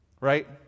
right